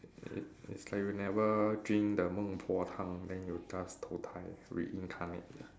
it it's like you never drink the 孟婆汤：meng po tang then you just 投胎 reincarnate